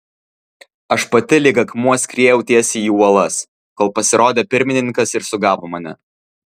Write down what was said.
aš pati lyg akmuo skriejau tiesiai į uolas kol pasirodė pirmininkas ir sugavo mane